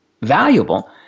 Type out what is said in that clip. valuable